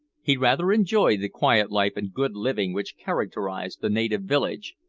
he rather enjoyed the quiet life and good living which characterised the native village,